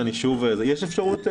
יש אפשרות שפרופ'